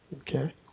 Okay